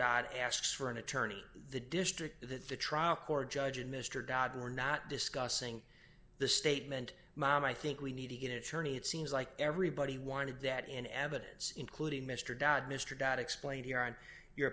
dott asks for an attorney the district that the trial court judge and mr dodd were not discussing the statement mom i think we need to get it turning it seems like everybody wanted that in evidence including mr dodd mr dodd explained here on your